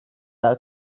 daha